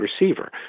receiver